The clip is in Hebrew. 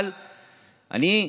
אבל אני,